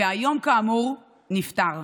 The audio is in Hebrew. והיום כאמור נפטר.